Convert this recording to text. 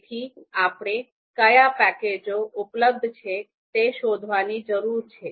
તેથી આપણે કયા પેકેજો ઉપલબ્ધ છે તે શોધવાની જરૂર છે